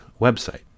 website